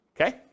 okay